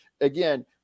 again